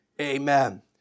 Amen